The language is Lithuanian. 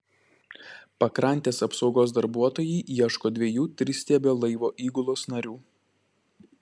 pakrantės apsaugos darbuotojai ieško dviejų tristiebio laivo įgulos narių